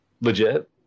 legit